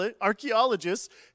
archaeologists